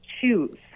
choose